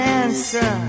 answer